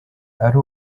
ari